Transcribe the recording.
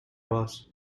boss